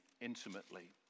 intimately